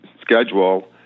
schedule